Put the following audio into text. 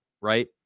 right